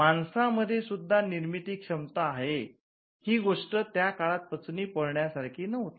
माणसामध्ये सुद्धा निर्मिती क्षमता आहे ही गोष्ट त्या काळात पचनी पडण्यासाठी सारखी नव्हती